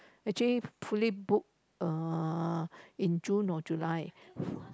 actually fully booked uh in June or July